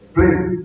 Please